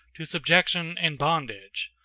to subjection and bondage.